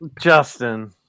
Justin